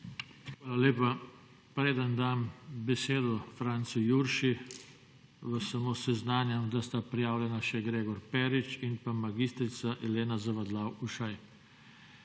Hvala lepa. Preden dam besedo Francu Jurši vas samo seznanjam, da sta prijavljena še Gregor Perič in pa mag. Elena Zavadlav Ušaj.